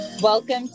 Welcome